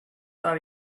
are